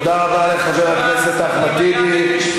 תודה רבה לחבר הכנסת אחמד טיבי.